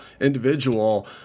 individual